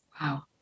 Wow